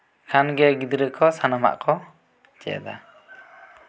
ᱠᱷᱟᱱ ᱜᱮ ᱜᱤᱫᱽᱨᱟᱹ ᱠᱚ ᱥᱟᱱᱟᱢᱟᱜ ᱠᱚ ᱪᱮᱫᱟ